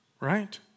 Right